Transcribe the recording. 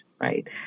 right